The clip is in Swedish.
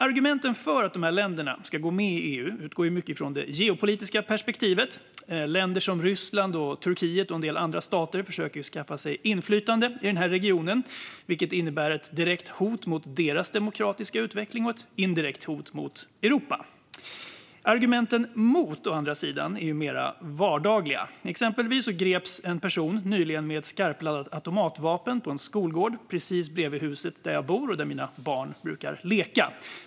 Argumenten för att länderna ska gå med i EU utgår mycket från det geopolitiska perspektivet. Länder som Ryssland och Turkiet, och en del andra stater, försöker skaffa sig inflytande i regionen, vilket innebär ett direkt hot mot deras demokratiska utveckling och ett indirekt hot mot Europa. Argumenten mot är mer vardagliga. Exempelvis greps nyligen en person med ett skarpladdat automatvapen på en skolgård precis bredvid huset där jag bor och där mina barn brukar leka.